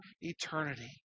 eternity